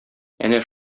әнә